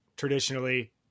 traditionally